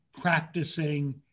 practicing